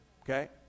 Okay